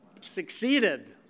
succeeded